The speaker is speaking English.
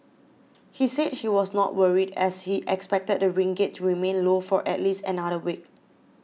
he said he was not worried as he expected the ringgit remain low for at least another week